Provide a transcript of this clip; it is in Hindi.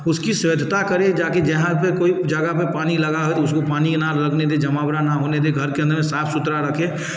उसकी सहजता करें जा कर जहाँ पर कोई जगह पर पानी लगा है उसको पानी ना लगने दें जमावड़ा न होने दें घर के अंदर में साफ सुथरा रखें